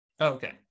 Okay